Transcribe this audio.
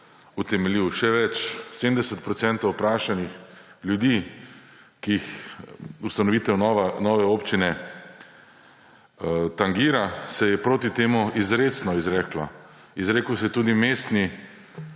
utemeljil, še več, 70 % vprašanih ljudi, ki jih ustanovitev nove občine tangira, se je proti temu izrecno izreklo. Izrekel se je tudi mestni